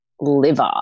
liver